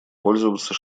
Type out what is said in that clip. пользоваться